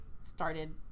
started